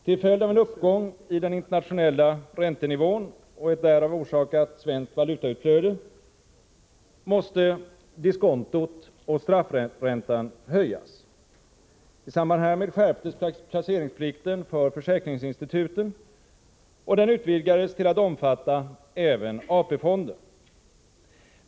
Till följd av en uppgång i den internationella räntenivån och ett därav orsakat svenskt valutautflöde måste diskontot och straffräntan höjas. I samband härmed skärptes placeringsplikten för försäkringsinstituten, och den utvidgades till att omfatta även AP-fonden.